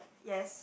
yes